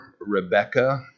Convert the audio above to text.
Rebecca